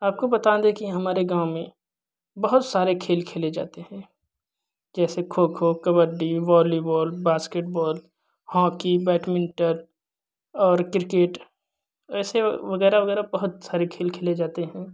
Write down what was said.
आपको बता दें की हमारे गाँव में बहुत सारे खेल खेले जाते है जैसे kho kho kabaddi volleyball basketball hockey badminton और क्रिकेट ऐसे वगैरह वगैरह बहुत सारे खेल खेले जाते हैं